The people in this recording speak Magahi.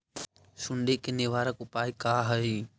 सुंडी के निवारक उपाय का हई?